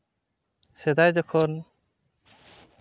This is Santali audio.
ᱥᱮᱫᱟᱭ ᱡᱚᱠᱷᱚᱱ